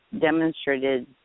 demonstrated